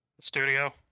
Studio